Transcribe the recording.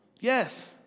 Yes